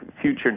future